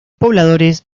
pobladores